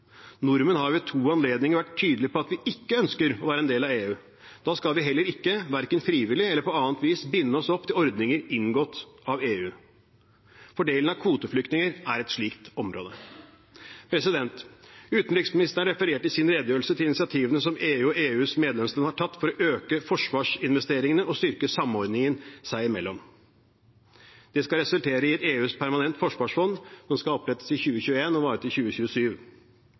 Nordmenn har jo ved to anledninger vært tydelige på at vi ikke ønsker å være en del av EU. Da skal vi heller ikke, verken frivillig eller på annet vis, binde oss opp til ordninger inngått av EU. Fordelingen av kvoteflyktninger er et slikt område. Utenriksministeren refererte i sin redegjørelse til initiativene som EU og EUs medlemsland har tatt for å øke forsvarsinvesteringene og styrke samordningen seg imellom. Det skal resultere i et permanent forsvarsfond i EU, som skal opprettes i 2021 og vare til 2027.